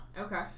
Okay